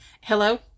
hello